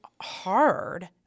hard